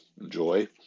enjoy